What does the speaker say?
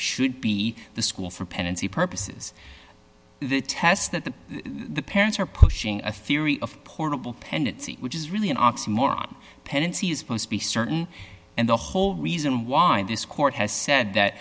should be the school for pendency purposes the test that the parents are pushing a theory of portable pendency which is really an oxymoron pendency is supposed to be certain and the whole reason why this court has said that